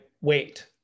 wait